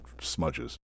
smudges